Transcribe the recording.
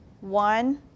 One